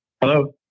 Hello